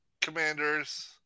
Commanders